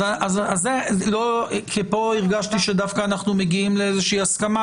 כי פה הרגשתי שדווקא אנחנו מגיעים לאיזושהי הסכמה,